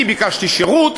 אני ביקשתי שירות,